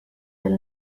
del